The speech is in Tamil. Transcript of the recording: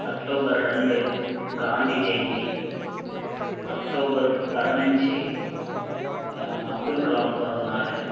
அக்டோபர் ரெண்டு காந்தி ஜெயந்தி அக்டோபர் பதினஞ்சி அப்துல் கலாம் பிறந்த நாளு